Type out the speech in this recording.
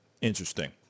Interesting